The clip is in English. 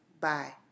Bye